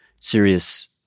serious